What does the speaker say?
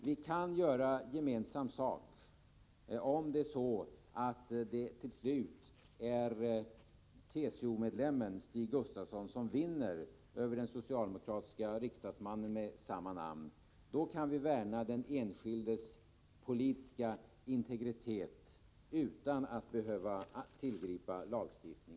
Vi kan göra gemensam sak, om det till slut blir TCO-medlemmen Stig Gustafsson som vinner över den socialdemokratiske riksdagsmannen med samma namn. Då kan vi värna den enskildes politiska integritet utan att behöva tillgripa lagstiftning.